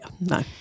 No